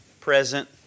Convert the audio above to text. present